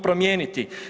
promijeniti.